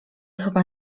chyba